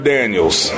Daniels